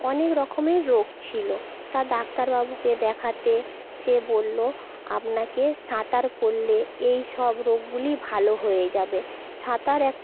অনেক রকমের রোগ ছিল তা ডাক্তারবাবুকে দেখাতে সে বললো আপনাকে সাঁতার করলে এইসব রোগগুলি ভালো হয়ে যাবে সাঁতার এক